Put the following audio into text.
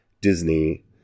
Disney